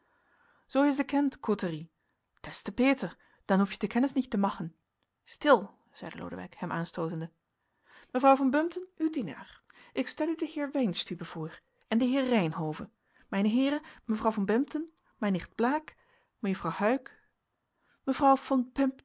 zoo je ze kent kottorie tes te peter dan oef je te kennisch niet te machen stil zeide lodewijk hem aanstootende mevrouw van bempden uw dienaar ik stel u den heer weinstübe voor en den heer reynhove mijne heeren mevrouw van bempden mijn nicht blaek mejuffrouw huyck